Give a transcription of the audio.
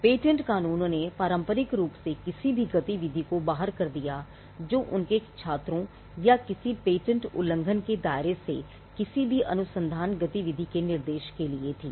patent कानूनों ने पारंपरिक रूप से किसी भी गतिविधि को बाहर कर दिया जो उनके छात्रों या किसी पेटेंट उल्लंघन के दायरे से किसी भी अनुसंधान गतिविधि के निर्देश के लिए थी